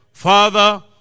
father